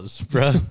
bro